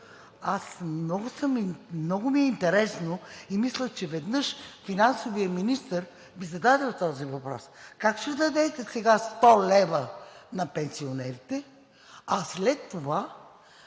много ми е интересно и мисля, че веднъж финансовият министър Ви зададе този въпрос: как ще дадете сега 100 лв. на пенсионерите, а след това